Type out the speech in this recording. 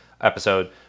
episode